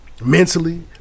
mentally